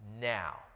now